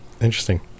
Interesting